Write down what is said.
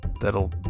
That'll